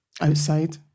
Outside